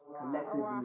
Collectively